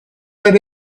that